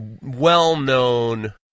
well-known